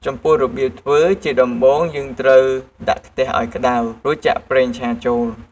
ចំពោះរបៀបធ្វើ ជាដំបូងយើងត្រូវដាក់ខ្ទះឱ្យក្តៅ រួចចាក់ប្រេងឆាចូល។